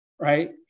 right